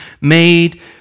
made